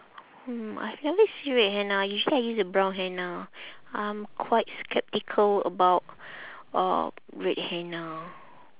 hmm I've never see red henna usually I use the brown henna I'm quite skeptical about uh red henna